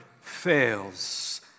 fails